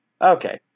Okay